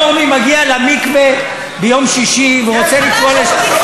גבר רפורמי מגיע למקווה ביום שישי ורוצה לטבול לשבת,